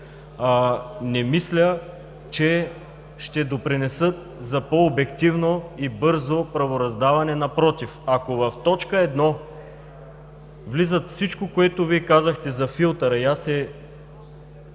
не мисля, че ще допринесат за по-обективно и бързо правораздаване. Напротив, ако в т. 1 влиза всичко, което Вие казахте за филтъра, и аз се